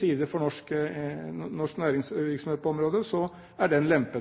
sider for norsk næringsvirksomhet, er den lempet på, og det